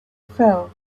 fell